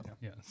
Yes